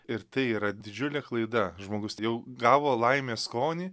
ir tai yra didžiulė klaida žmogus jau gavo laimės skonį